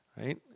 right